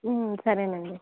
సరే అండి